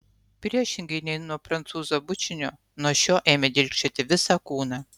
priešingai nei nuo prancūzo bučinio nuo šio ėmė dilgčioti visą kūną